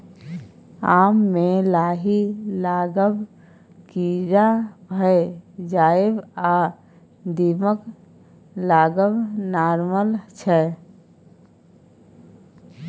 आम मे लाही लागब, कीरा भए जाएब आ दीमक लागब नार्मल छै